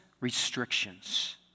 restrictions